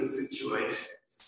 situations